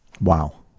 Wow